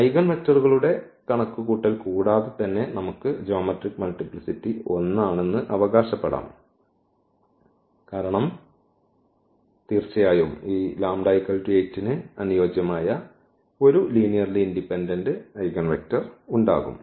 ഐഗൻവെക്ടറുകളുടെ കണക്കുകൂട്ടൽ കൂടാതെ തന്നെ നമുക്ക് ജ്യോമെട്രിക് മൾട്ടിപ്ലിസിറ്റി 1 ആണെന്ന് അവകാശപ്പെടാം കാരണം തീർച്ചയായും ഈ λ 8 ന് അനുയോജ്യമായ ഒരു ലീനിയർലി ഇൻഡിപെൻഡന്റ് ഐഗൻവെക്ടർ ഉണ്ടാകും